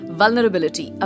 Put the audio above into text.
vulnerability